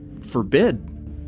forbid